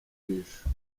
jisho